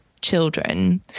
children